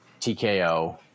TKO